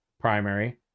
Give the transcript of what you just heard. primary